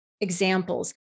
examples